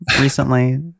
recently